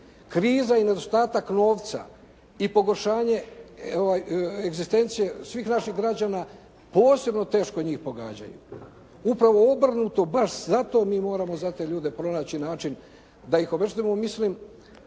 Kriza i nedostatak novca i pogoršanje egzistencije svih naših građana posebno teško njih pogađaju. Upravo obrnuto, baš zato mi moramo za te ljude pronaći način da ih obeštetimo. Mislim